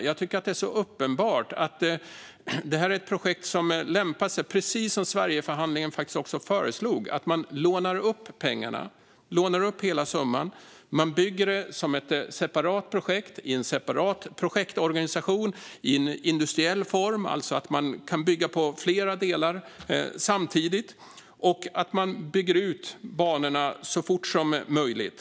För mig är det uppenbart att detta projekt lämpar sig för precis det Sverigeförhandlingen föreslog: Man lånar upp hela summan och gör ett separat projekt i en separat projektorganisation. Man gör det i industriell form, alltså bygger flera delar samtidigt och bygger ut banorna så fort som möjligt.